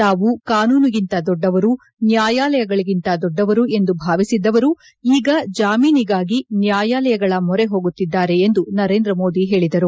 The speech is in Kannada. ತಾವು ಕಾನೂನಿಗಿಂತ ದೊಡ್ಡವರು ನ್ಯಾಯಾಲಯಗಳಿಗಿಂತ ದೊಡ್ಡವರು ಎಂದು ಭಾವಿಸಿದ್ದವರು ಈಗ ಜಾಮೀನಿಗಾಗಿ ನ್ಯಾಯಾಲಯಗಳ ಮೊರೆ ಹೋಗುತ್ತಿದ್ದಾರೆ ಎಂದು ನರೇಂದ್ರ ಮೋದಿ ಹೇಳಿದರು